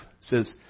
says